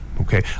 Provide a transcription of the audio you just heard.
Okay